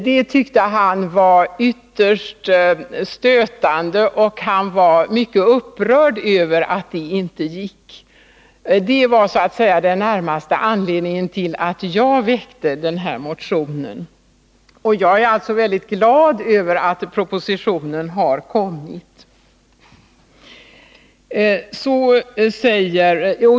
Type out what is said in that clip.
Han tyckte att det var ytterst stötande, och han var mycket upprörd över att det inte gick att adoptera båda barnen. Detta var den närmaste anledningen till att jag väckte den här motionen, och jag är alltså väldigt glad över att propositionen har kommit.